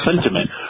sentiment